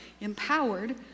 empowered